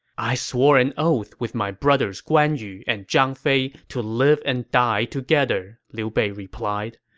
i swore an oath with my brothers guan yu and zhang fei to live and die together, liu bei replied.